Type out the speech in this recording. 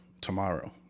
tomorrow